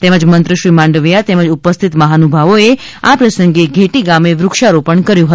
તેમજ મંત્રી શ્રીમાંડવીયા તેમજ ઉપસ્થિત મહાનુભાવોએ આ પ્રસંગે ઘેટી ગામે વૃક્ષારોપણ કર્યું હતું